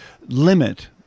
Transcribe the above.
limit